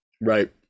Right